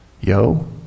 Yo